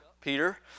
Peter